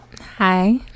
Hi